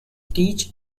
teach